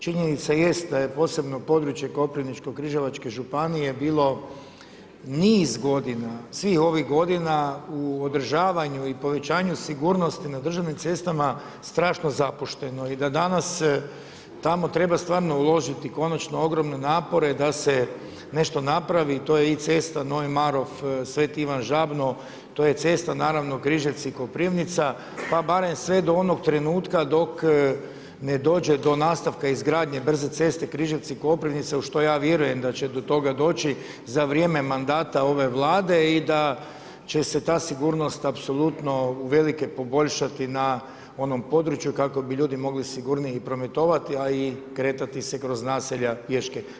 Činjenica jest da je posebno područje Koprivničko-križevačke županije bilo niz godina, svih ovih godina u održavanju i povećanju sigurnosti na državnim cestama strašno zapušteno i da danas tamo treba stvarno uložiti konačno ogromne napore da se nešto napravi i to je i cesta Novi Marof-Sveti Ivan Žabno, to je cesta naravno Križevci-Koprivnica pa barem sve do onog trenutka dok ne dođe do nastavka izgradnje brze ceste Križevci-Koprivnica, u što ja vjerujem da će do toga doći za vrijeme mandata ove Vlade i da će se ta sigurnost apsolutno uvelike poboljšati na onom području kako bi ljudi mogli sigurnije i prometovat, a i kretati se kroz naselja pješke.